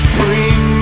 Bring